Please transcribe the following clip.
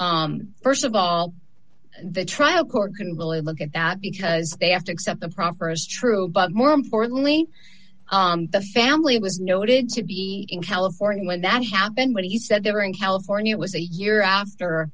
and first of all the trial court couldn't really look at that because they have to accept the proffer as true but more importantly the family was noted to be in california when that happened what he said there in california was a year after